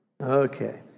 Okay